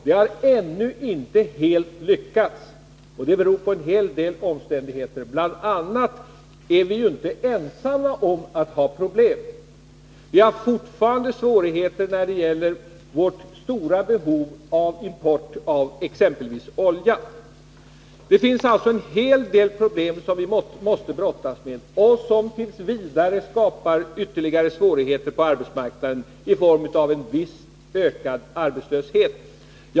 Vi har ännu inte helt lyckats, och det beror på en hel del omständigheter. Bl. a. är vi inte ensamma om att ha problem. Vi har också fortfarande svårigheter när det gäller vårt stora behov av t.ex. importerad olja. Vi har alltså fortfarande en hel del problem att brottas med som skapar svårigheter på arbetsmarknaden i form av viss ökad arbetslöshet.